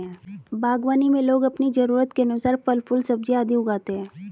बागवानी में लोग अपनी जरूरत के अनुसार फल, फूल, सब्जियां आदि उगाते हैं